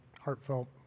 heartfelt